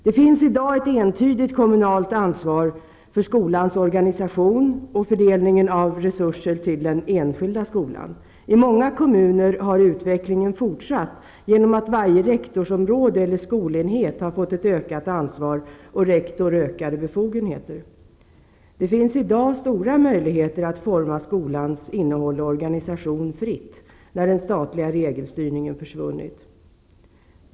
Det finns i dag ett entydigt kommunalt ansvar för skolans organisation och fördelningen av resurser till den enskilda skolan. I många kommuner har utvecklingen fortsatt genom att varje rektorsområde eller skolenhet har fått ett ökat ansvar och rektor ökade befogenheter. Det finns i dag stora möjligheter att forma skolans innehåll och organisation fritt när den statliga regelstyrningen försvunnit.